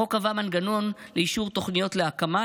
החוק קבע מנגנון לאישור תוכניות להקמה,